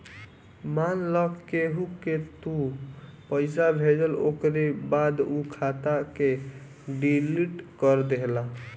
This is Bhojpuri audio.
मान लअ केहू के तू पईसा भेजला ओकरी बाद उ खाता के डिलीट कर देहला